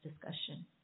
discussion